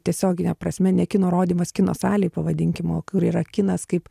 tiesiogine prasme ne kino rodymas kino salėj pavadinkim o kur yra kinas kaip